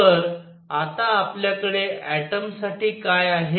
तर आता आपल्याकडे ऍटमसाठी काय आहे